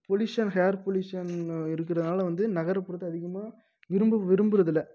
pollution air pollution இருக்குறதுனால் வந்து நகர்புறத்தை அதிகமாக விரும்பு விரும்புறதுல்லை